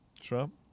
Trump